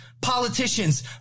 politicians